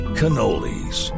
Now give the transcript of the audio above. cannolis